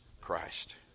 Christ